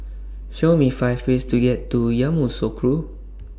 Show Me five ways to get to Yamoussoukro